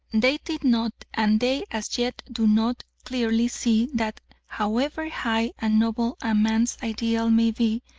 they did not, and they as yet do not, clearly see that however high and noble a man's ideal may be,